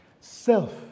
self